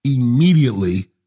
Immediately